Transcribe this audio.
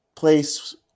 place